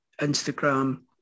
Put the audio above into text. Instagram